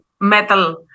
metal